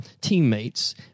teammates